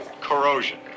corrosion